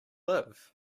live